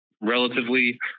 relatively